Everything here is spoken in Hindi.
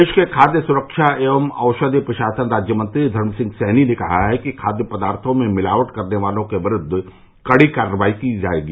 प्रदेश के खाद्य सुरक्षा एवं औषधि प्रशासन राज्यमंत्री धर्मसिंह सैनी ने कहा है कि खाद्य पदार्थो में मिलावट करने वालों के विरूद्व कड़ी कार्रवाई की जायेगी